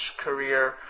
career